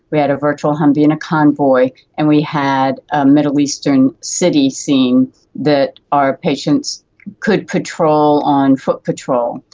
we had a virtual humvee in a convoy, and we had a middle eastern city scene that our patients could patrol on foot patrol.